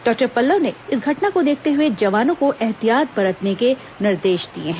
doctor Pallav ने इस घटना को देखते हुए जवानों को ऐहतियात बरतने के निर्देश दिए हैं